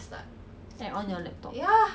for people like you ah